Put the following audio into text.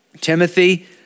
Timothy